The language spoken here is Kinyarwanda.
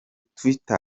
twitter